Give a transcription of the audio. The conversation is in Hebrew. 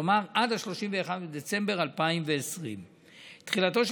כלומר עד 31 בדצמבר 2020. תחילתו של